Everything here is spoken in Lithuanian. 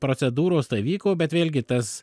procedūros vyko bet vėlgi tas